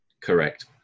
Correct